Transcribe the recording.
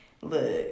Look